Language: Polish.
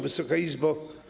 Wysoka Izbo!